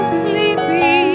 sleepy